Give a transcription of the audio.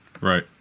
Right